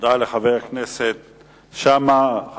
תודה לחבר הכנסת שאמה.